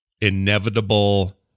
inevitable